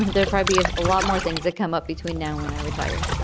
ah there probably of a lot more things that come up between now, when i retire,